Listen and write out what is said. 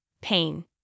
pain